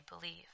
believe